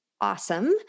awesome